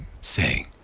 say